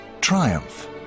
triumph